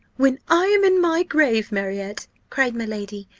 when i am in my grave, marriott cried my lady,